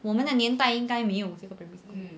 我们的年代应该没有这个 primary school